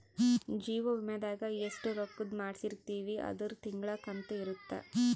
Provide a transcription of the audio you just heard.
ಜೀವ ವಿಮೆದಾಗ ಎಸ್ಟ ರೊಕ್ಕಧ್ ಮಾಡ್ಸಿರ್ತಿವಿ ಅದುರ್ ತಿಂಗಳ ಕಂತು ಇರುತ್ತ